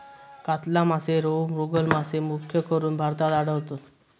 कातला मासे, रोहू, मृगल मासे मुख्यकरून भारतात आढळतत